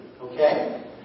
Okay